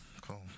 Cool